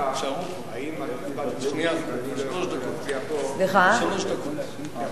יכול להיות ששמי עדיין לא הוחלף.